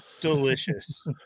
delicious